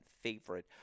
favorite